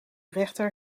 rechter